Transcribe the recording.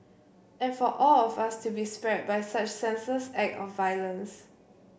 and for all of us to be spared by such senseless act of violence